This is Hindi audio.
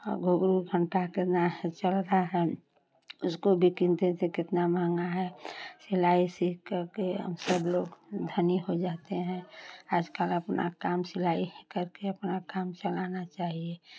आ के नाह चलता है उसको भी किनते थे कितना महंगा है सिलाई सीख करके अब सब लोग धनी हो जाते हैं आजकल अपना काम सिलाई करके अपना काम चलाना चाहिए